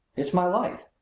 it's my life.